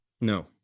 No